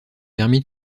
permis